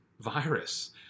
virus